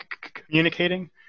communicating